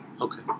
Okay